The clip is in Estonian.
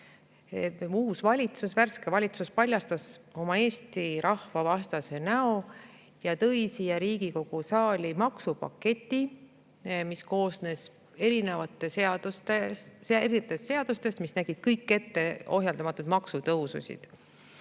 kus uus, värske valitsus paljastas oma Eesti rahva vastase näo ja tõi siia Riigikogu saali maksupaketi, mis koosnes erinevatest seadustest, mis nägid kõik ette ohjeldamatuid maksutõususid.